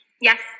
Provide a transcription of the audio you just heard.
Yes